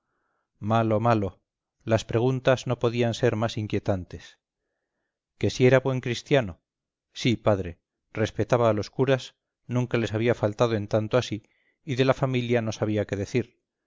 malo malo las preguntas no podían ser más inquietantes que si era buen cristiano sí padre respetaba a los curas nunca les había faltado en tanto así y de la familia no habría qué decir